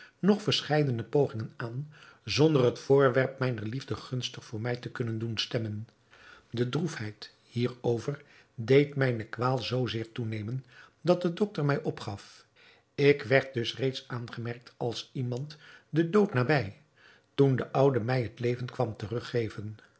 nog verscheidene pogingen aan zonder het voorwerp mijner liefde gunstig voor mij te kunnen doen stemmen de droefheid hierover deed mijne kwaal zoo zeer toenemen dat de doctor mij opgaf ik werd dus reeds aangemerkt als iemand den dood nabij toen de oude mij het leven kwam teruggeven